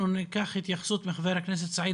אנחנו ניקח התייחסות מחבר הכנסת סעיד